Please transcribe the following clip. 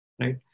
right